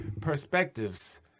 perspectives